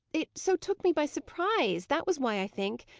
it so took me by surprise that was why, i think.